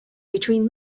between